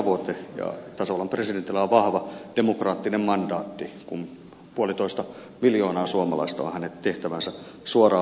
ja tasavallan presidentillä on vahva demokraattinen mandaatti kun puolitoista miljoonaa suomalaista on hänet tehtäväänsä suoraan valinnut